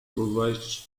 provides